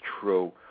true